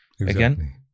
Again